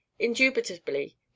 indubitably